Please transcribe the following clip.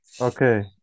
Okay